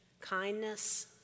kindness